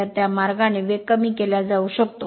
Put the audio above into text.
तर त्या मार्गाने वेग कमी केला जाऊ शकतो